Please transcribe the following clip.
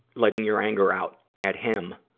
letting your anger out at him,